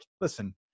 listen